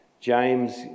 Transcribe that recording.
James